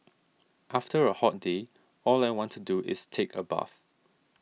after a hot day all I want to do is take a bath